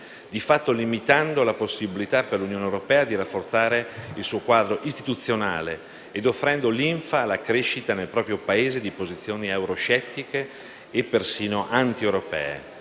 di fatto limitando la possibilità per l'Unione europea di rafforzare il suo quadro istituzionale ed offrendo linfa alla crescita nel proprio Paese di posizioni euroscettiche e perfino anti-europee.